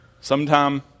sometime